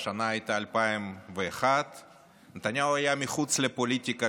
והשנה הייתה 2001. נתניהו היה מחוץ לפוליטיקה,